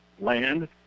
Land